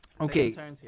Okay